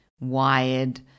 wired